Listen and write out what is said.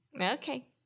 Okay